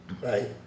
Right